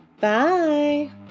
Bye